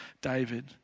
David